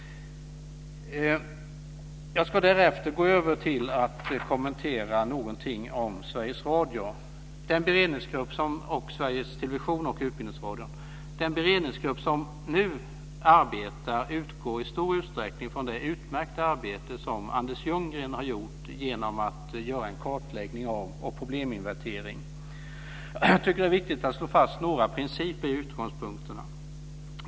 Jag går över till att något kommentera Sveriges Den beredningsgrupp som nu arbetar utgår i stor utsträckning från det utmärkta arbete som Anders Ljunggren har gjort i form av en kartläggning och en probleminventering. Jag tycker att det är viktigt att slå fast några principer i utgångspunkterna.